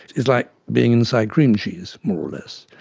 it's like being inside cream cheese more or less,